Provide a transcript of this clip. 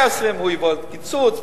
120 מיליון קיצוץ,